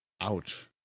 Ouch